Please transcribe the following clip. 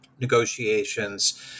negotiations